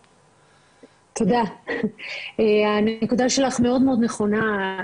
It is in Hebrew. תודה, הנקודה שלך מאוד מאוד נכונה.